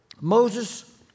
Moses